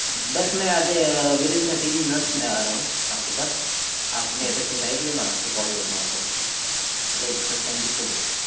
بس میں آدھے ود ان تھرٹین منٹس میں آ رہا ہوں آپ کے پاس آپ نے ایڈریس بتا ہی دیا میں آ کے کال کرتا ہوں آپ کو okay okay sir thank you so much